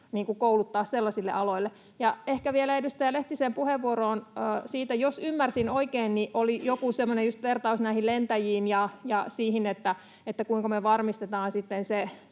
kouluttaa sellaisille aloille. Ja ehkä vielä edustaja Lehtisen puheenvuorossa, jos ymmärsin oikein, oli joku semmoinen vertaus näihin lentäjiin ja siihen, kuinka me varmistetaan